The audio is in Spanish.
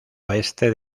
oeste